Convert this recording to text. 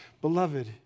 Beloved